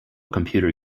computer